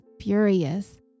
furious